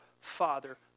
father